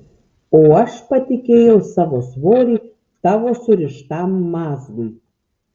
o aš patikėjau savo svorį tavo surištam mazgui